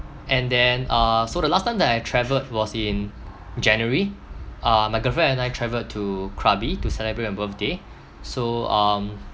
and then uh so the last time that I travelled was in january uh my girlfriend and I travelled to krabi to celebrate my birthday so um